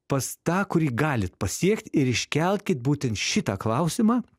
pas tą kurį galit pasiekt ir iškelkit būtent šitą klausimą